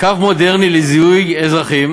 קו מודרני לזיהוי אזרחים